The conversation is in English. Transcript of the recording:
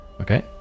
okay